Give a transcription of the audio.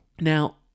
Now